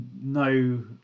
no